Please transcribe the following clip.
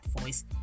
voice